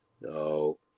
No